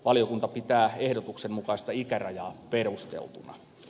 valiokunta pitää ehdotuksen mukaista ikärajaa perusteltuna